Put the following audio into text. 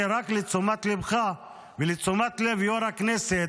זה רק לתשומת ליבך ולתשומת לב יו"ר הכנסת,